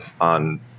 on